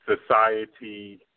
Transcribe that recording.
Society